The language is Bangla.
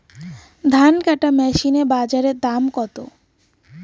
ধান কাটার মেশিন এর বাজারে দাম কতো?